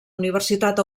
universitat